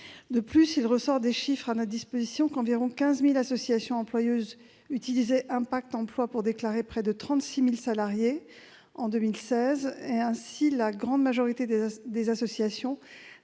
De plus, il ressort des chiffres à ma disposition qu'environ 15 000 associations employeuses utilisaient Impact emploi pour déclarer près de 36 000 salariés en 2016 et, ainsi, que la grande majorité de ces associations